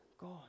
God